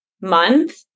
month